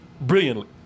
brilliantly